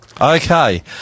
Okay